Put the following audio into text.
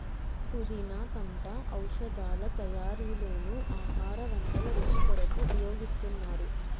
పుదీనా పంట ఔషధాల తయారీలోనూ ఆహార వంటల రుచి కొరకు ఉపయోగిస్తున్నారు